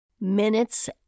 minutes